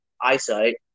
eyesight